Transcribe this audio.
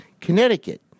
Connecticut